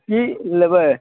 कि लेबै